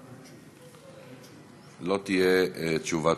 לא תהיה תשובת